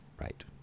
Right